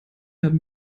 haben